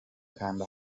kanda